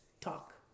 Talk